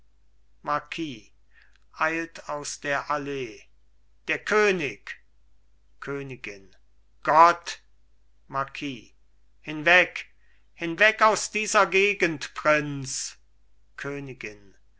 marquis eilt aus der allee der könig königin gott marquis hinweg hinweg aus dieser gegend prinz königin